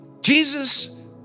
Jesus